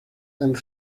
and